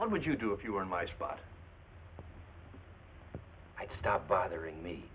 what would you do if you were in my spot i'd stop bothering me